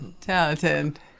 Talented